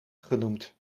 genoemd